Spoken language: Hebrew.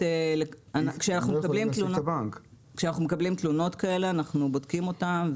כשאנחנו מקבלים תלונות כאלה אנחנו בודקים אותן,